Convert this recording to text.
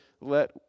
let